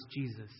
Jesus